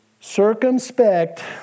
Circumspect